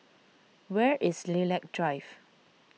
where is Lilac Drive